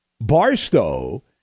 Barstow